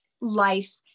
life